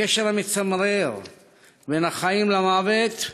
הקשר המצמרר בין החיים למוות,